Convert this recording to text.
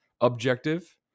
objective